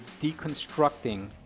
deconstructing